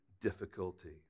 difficulty